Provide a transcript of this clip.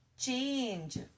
change